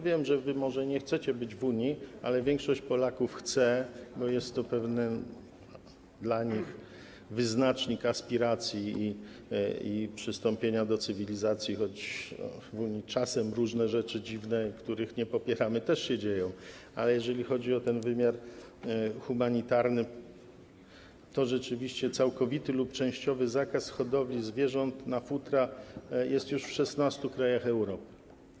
Wiem, że wy może nie chcecie być w Unii, ale większość Polaków chce, bo jest to dla nich pewien wyznacznik aspiracji i przystąpienia do cywilizacji, choć czasem różne rzeczy dziwne, których nie popieramy, też się dzieją, ale jeżeli chodzi o ten rynek humanitarny, to rzeczywiście całkowity lub częściowy zakaz hodowli zwierząt na futra jest już w 16 krajach Europy.